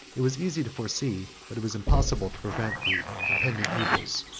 it was easy to foresee, but it was impossible to prevent, the impending evils.